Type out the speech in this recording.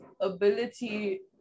ability